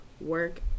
work